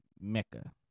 Mecca